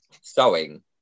Sewing